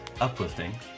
uplifting